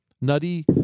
Nutty